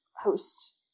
host